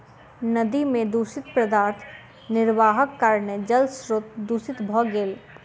नदी में दूषित पदार्थ निर्वाहक कारणेँ जल स्त्रोत दूषित भ गेल